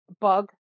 bug